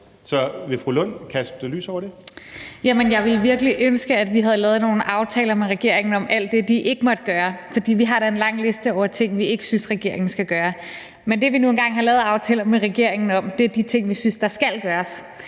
Så vil fru Rosa Lund kaste lys over det? Kl. 15:16 Rosa Lund (EL): Jeg ville virkelig ønske, at vi havde lavet nogle aftaler med regeringen om alt det, de ikke måtte gøre, for vi har da en lang liste over ting, som vi ikke synes regeringen skal gøre. Men det, vi nu engang har lavet aftaler med regeringen om, er de ting, vi synes der skal gøres.